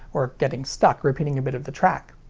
or getting stuck repeating a bit of the track.